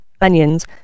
onions